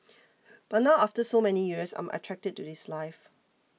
but now after so many years I'm attracted to this life